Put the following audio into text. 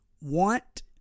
want